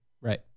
Right